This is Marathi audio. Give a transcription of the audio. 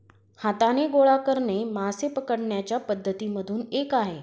हाताने गोळा करणे मासे पकडण्याच्या पद्धती मधून एक आहे